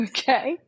Okay